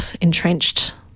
entrenched